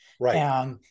right